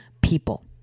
people